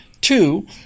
two